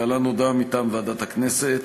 להלן הודעה מטעם ועדת הכנסת.